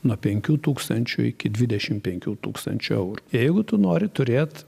nuo penkių tūkstančių iki dvidešim penkių tūkstančių eurų jeigu tu nori turėt